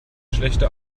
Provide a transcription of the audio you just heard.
schlechte